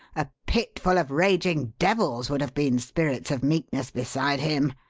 a pitful of raging devils would have been spirits of meekness beside him.